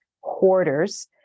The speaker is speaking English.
hoarders